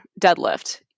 deadlift